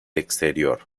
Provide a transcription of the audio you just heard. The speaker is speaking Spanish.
exterior